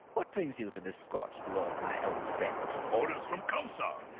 what brings you to this scorched world, my old friend? orders from kamsa!